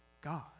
God